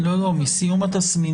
לא, לא, מסיום התסמינים.